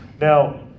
now